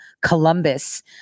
Columbus